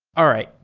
all right.